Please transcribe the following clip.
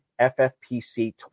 FFPC